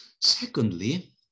Secondly